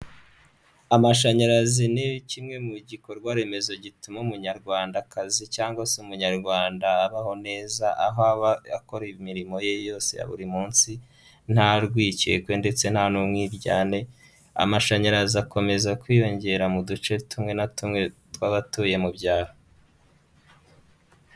Amashanyarazi ni kimwe mu gikorwaremezo gituma Umunyarwandakazi cyangwa se Umunyarwanda abaho neza aho aba akora imirimo ye yose ya buri munsi, nta rwikekwe ndetse nta n'umwiryane. Amashanyarazi akomeza kwiyongera mu duce tumwe na tumwe tw'abatuye mu byaro.